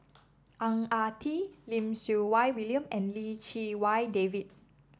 Ang Ah Tee Lim Siew Wai William and Lim Chee Wai David